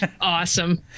Awesome